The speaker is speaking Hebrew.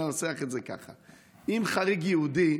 ננסח את זה ככה: אם "חריג יהודי"